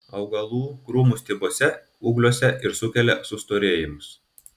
augalų krūmų stiebuose ūgliuose ir sukelia sustorėjimus